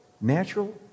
natural